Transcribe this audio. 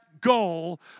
goal